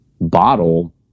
bottle